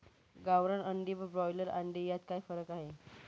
गावरान अंडी व ब्रॉयलर अंडी यात काय फरक आहे?